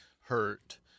hurt